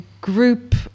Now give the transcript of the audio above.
group